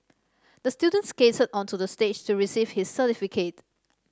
the student skated onto the stage to receive his certificate